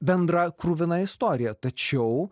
bendrą kruviną istoriją tačiau